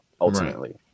ultimately